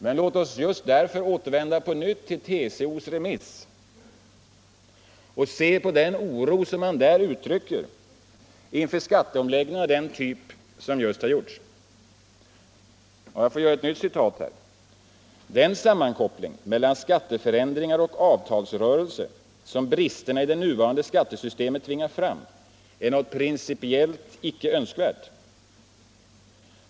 Men låt oss just därför återvända till TCO:s remissvar och se på den oro som man där uttrycker inför skatteomläggningar av den typ som just nu föreslås. Jag gör ett nytt citat: ”---den sammankoppling mellan skatteförändringar och avtalsrörelse som bristerna i nuvarande skattesystem tvingar fram är något principiellt icke önskvärt.